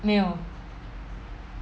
没有